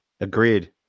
Agreed